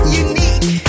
unique